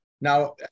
now